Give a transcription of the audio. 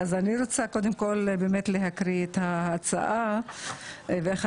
אני רוצה קודם כל לקרוא את ההצעה ואחר